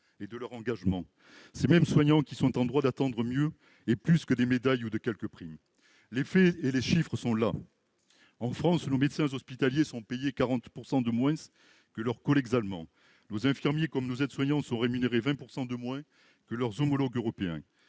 et de leur engagement. Ces mêmes soignants qui sont en droit d'attendre mieux, et plus, que des médailles ou quelques primes. Les faits et les chiffres sont là. En France, nos médecins hospitaliers sont payés 40 % de moins que leurs collègues allemands. Nos infirmiers, comme nos aides-soignants sont rémunérés 20 % de moins que leurs homologues européens.